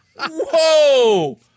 whoa